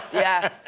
yeah,